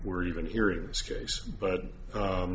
we're even here in this case but